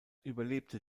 überlebte